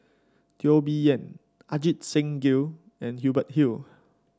Teo Bee Yen Ajit Singh Gill and Hubert Hill